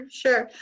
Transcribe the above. sure